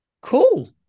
cool